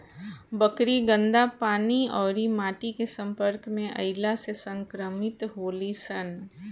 बकरी गन्दा पानी अउरी माटी के सम्पर्क में अईला से संक्रमित होली सन